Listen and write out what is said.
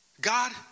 God